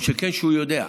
וכל שכן יודע,